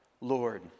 Lord